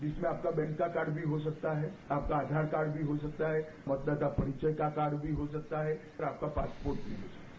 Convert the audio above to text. जिसमें आपका बैंक का कार्ड भी हो सकता है आपका आधार कार्ड भी हो सकता है आपका परिचय का कार्ड भी हो सकता है और आपका पासपोर्ट भी हो सकता है